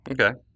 Okay